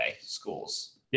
schools